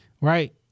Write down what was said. right